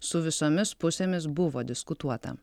su visomis pusėmis buvo diskutuota